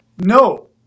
No